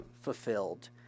fulfilled